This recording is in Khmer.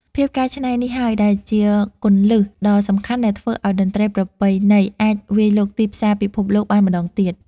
ភាពកែច្នៃនេះហើយ ដែលជាគន្លឹះដ៏សំខាន់ដែលធ្វើឱ្យតន្ត្រីប្រពៃណីអាចវាយលុកទីផ្សារពិភពលោកបានម្តងទៀត។